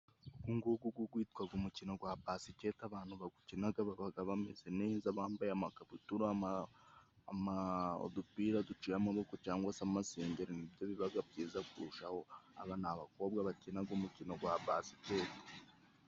Ugungugu go gwitwaga umukino gwa basiketi abantu bagukinaga babaga bameze neza, bambaye amakabutura, udupira duciye amaboko cangwa se amasengeri nibyo bibaga byiza kurushaho. Aba ni abakobwa bakinaga umukino gwa basiketi.